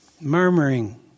murmuring